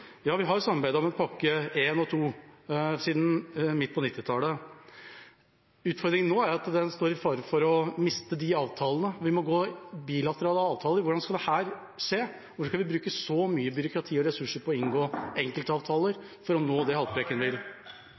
Ja, vi har samarbeidet om pakke én og to siden midt på 1990-tallet. Utfordringen nå er at en står i fare for å miste de avtalene. Bilaterale avtaler – hvordan skal dette skje? Hvorfor skal vi bruke så mye byråkrati og ressurser på å inngå enkeltavtaler for å nå det … Jeg vil